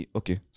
okay